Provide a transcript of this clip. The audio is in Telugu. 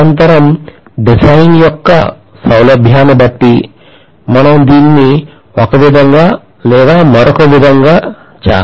నిరంతరం డిజైన్ యొక్క సౌలభ్యాన్ని బట్టి మనం దీన్ని ఒక విధంగా లేదా మరొక విధంగా చేస్తాము